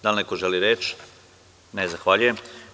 Da li neko želi reč? (Ne) Zahvaljujem.